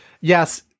yes